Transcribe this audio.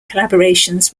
collaborations